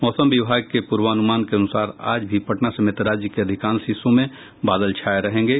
मौसम विभाग के पूर्वानुमान के अुनसार आज भी पटना समेत राज्य के अधिकांश हिस्सों में बादल छाये रहेंगे